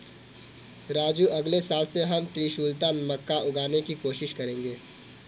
राजू अगले साल से हम त्रिशुलता मक्का उगाने की कोशिश करेंगे